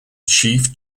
chief